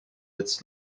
its